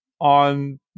on